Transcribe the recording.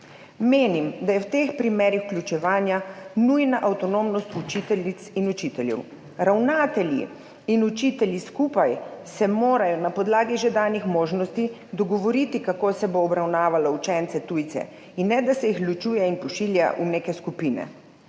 Menim, da je v teh primerih vključevanja nujna avtonomnost učiteljic in učiteljev. Ravnatelji in učitelji se morajo skupaj na podlagi že danih možnosti dogovoriti, kako se bo obravnavalo učence tujce in ne, da se jih ločuje in pošilja v neke skupine.